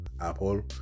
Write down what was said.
Apple